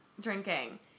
drinking